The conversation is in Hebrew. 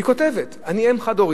והיא כותבת: אני אם חד-הורית,